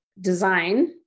design